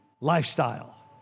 lifestyle